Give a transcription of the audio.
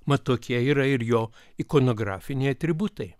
mat tokie yra ir jo ikonografiniai atributai